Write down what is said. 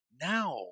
Now